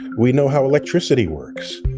we know how electricity works.